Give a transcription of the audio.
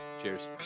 Cheers